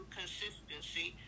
consistency